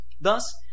Thus